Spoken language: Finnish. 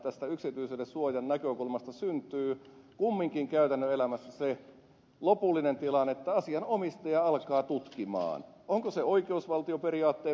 tästä yksityisyyden suojan näkökulmasta syntyy kumminkin käytännön elämässä se lopullinen tilanne että asianomistaja alkaa tutkia onko se oikeusvaltioperiaatteen mukaista